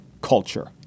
culture